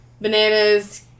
Bananas